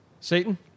Satan